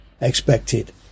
expected